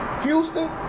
Houston